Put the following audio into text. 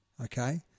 Okay